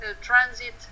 transit